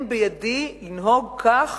בידי לנהוג כך,